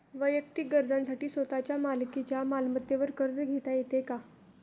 वैयक्तिक गरजांसाठी स्वतःच्या मालकीच्या मालमत्तेवर कर्ज घेता येतो का?